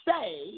say